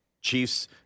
Chiefs